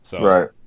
Right